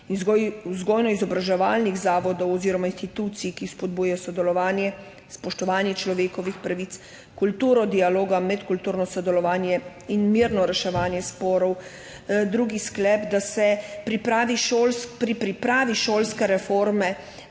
vzgojno-izobraževalnih zavodov oziroma institucij, ki spodbujajo sodelovanje, spoštovanje človekovih pravic, kulturo dialoga, medkulturno sodelovanje in mirno reševanje sporov. Drugi sklep: da se pri pripravi šolske reforme